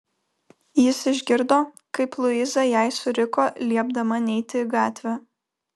jis išgirdo kaip luiza jai suriko liepdama neiti į gatvę